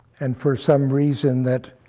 and for some reason that